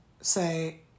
say